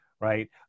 right